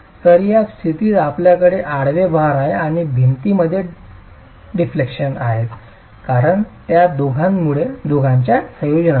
तर या स्थितीत आपल्याकडे आडवे भार आहे आणि भिंतीमध्ये डिफेक्शन्स आहेत कारण त्या दोघांच्या संयोजनामुळे